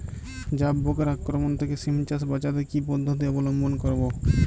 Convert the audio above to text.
জাব পোকার আক্রমণ থেকে সিম চাষ বাচাতে কি পদ্ধতি অবলম্বন করব?